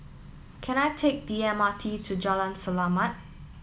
can I take the M R T to Jalan Selamat